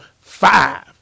five